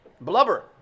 Blubber